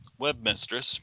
Webmistress